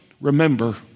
remember